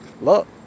look